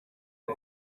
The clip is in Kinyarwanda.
y’u